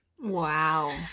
Wow